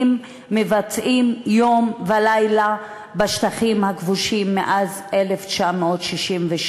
מבצעים יום ולילה בשטחים הכבושים מאז 1967,